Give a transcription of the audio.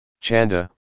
Chanda